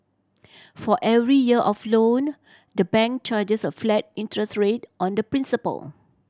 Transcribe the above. for every year of loan the bank charges a flat interest rate on the principal